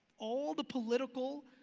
all the political,